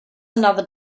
another